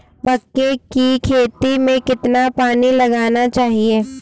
मक्के की खेती में कितना पानी लगाना चाहिए?